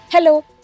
Hello